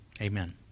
Amen